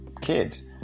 kids